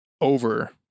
over